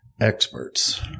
experts